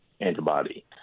antibody